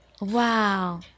Wow